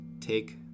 take